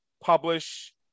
publish